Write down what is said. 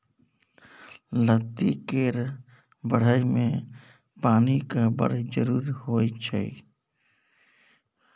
लत्ती केर बढ़य मे पानिक बड़ जरुरी होइ छै